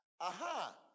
Aha